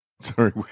Sorry